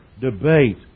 debate